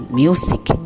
music